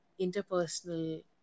interpersonal